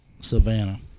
savannah